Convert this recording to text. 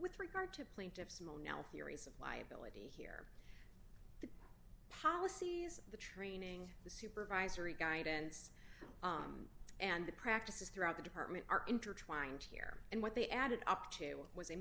with regard to plaintiff's mo now theories of liability policies the training the supervisory guidance and the practices throughout the department are intertwined here and what they added up to was a